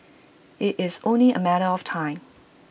IT is only A matter of time